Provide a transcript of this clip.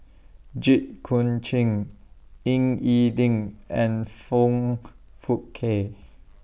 Jit Koon Ch'ng Ying E Ding and Foong Fook Kay